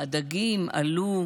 הדגים כבר עלו,